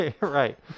right